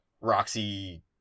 roxy